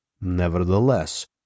Nevertheless